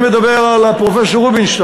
אני מדבר על פרופסור